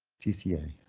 tca.